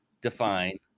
define